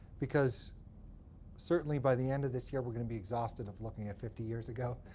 because certainly, by the end of this year, we're going to be exhausted of looking at fifty years ago.